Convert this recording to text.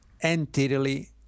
entirely